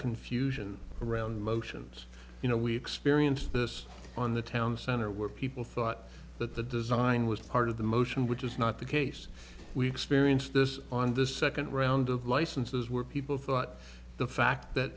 confusion around motions you know we experienced this on the town center where people thought that the design was part of the motion which is not the case we experienced this on this second round of licenses where people thought the fact that